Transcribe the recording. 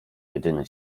jedyny